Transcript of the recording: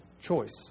choice